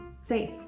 safe